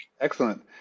Excellent